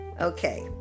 okay